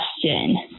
question